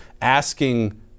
asking